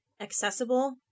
accessible